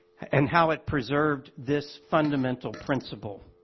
and how it preserved this fundamental principle.